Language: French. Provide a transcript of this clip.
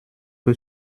que